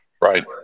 Right